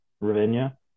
Ravinia